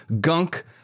gunk